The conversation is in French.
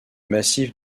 massif